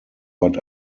but